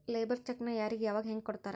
Labour ಚೆಕ್ಕ್ನ್ ಯಾರಿಗೆ ಯಾವಗ ಹೆಂಗ್ ಕೊಡ್ತಾರ?